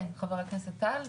כן, חבר הכנסת טל.